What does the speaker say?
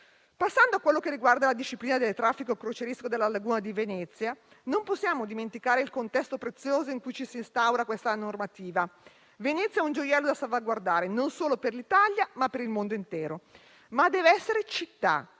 Passando a ciò che riguarda la disciplina del traffico crocieristico nella laguna di Venezia, non possiamo dimenticare il contesto prezioso in cui si instaura questa normativa. Venezia è un gioiello da salvaguardare, non solo per l'Italia, ma anche per il mondo intero; ma deve essere città